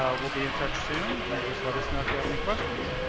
ah we'll be in touch soon and just let us know if you have any questions.